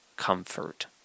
comfort